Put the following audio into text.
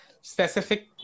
specific